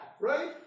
right